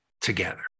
together